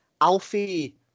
Alfie